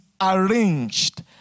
arranged